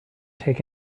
take